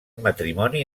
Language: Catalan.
matrimoni